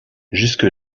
jusque